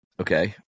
Okay